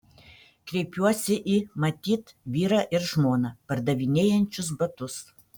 kreipiuosi į matyt vyrą ir žmoną pardavinėjančius batus